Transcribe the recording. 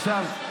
עכשיו,